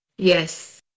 Yes